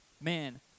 man